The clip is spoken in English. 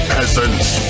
Peasants